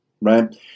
right